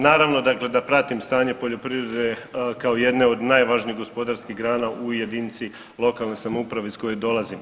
Naravno da pratim stanje poljoprivrede kao jedne od najvažnijih gospodarskih grana u jedinici lokalne samouprave iz koje dolazim.